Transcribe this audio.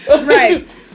Right